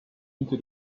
into